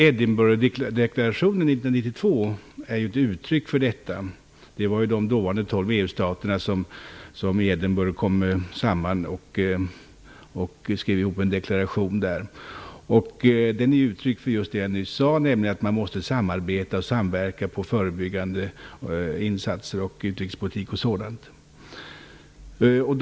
Edingburghdeklaration från 1992 är ett uttryck för detta. De dåvarande tolv EG-staterna kom i Edinburgh samman och skrev ihop en deklaration. Den är ett uttryck för, vilket jag nyss sade, att man måste samarbeta och samverka med förebyggande insatser, på utrikespolitikens område osv.